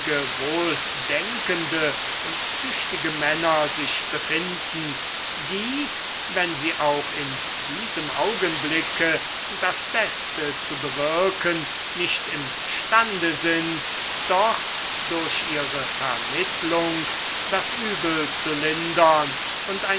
wohldenkende und tüchtige männer sich befinden die wenn sie auch in diesem augenblicke das beste zu bewirken nicht imstande sind doch durch ihre vermittlung das übel zu lindern und